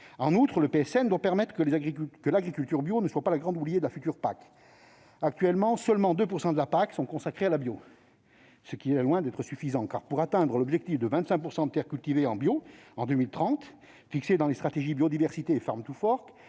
En outre, le PSN doit garantir que l'agriculture bio ne soit pas la grande oubliée de la future PAC. Actuellement, seulement 2 % du budget de la PAC sont consacrés au bio, ce qui est loin d'être suffisant car, pour atteindre l'objectif de 25 % de terres cultivées en bio en 2030, fixé dans les stratégies Biodiversité et, il faut